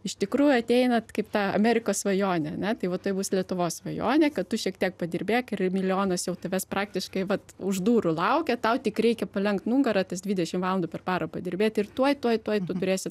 iš tikrųjų ateinat kaip ta amerikos svajonė ane tai vat taip bus lietuvos svajonė kad tu šiek tiek padirbėk ir milijonas jau tabęs praktiškai vat už durų laukia tau tik reikia palenkt nugarą tas dvidešimt valandų per parą padirbėt ir tuoj tuoj tuoj tu turėsi